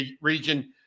region